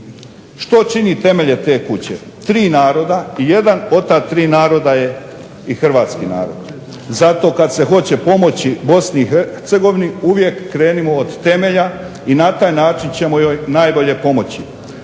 Što čini temelje te kuće? Tri naroda i jedan od ta tri naroda je i hrvatski narod. Zato kad se hoće pomoći BiH uvijek krenimo od temelja i na taj način ćemo joj najbolje pomoći.